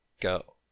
go